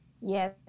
yes